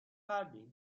کردی